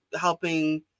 helping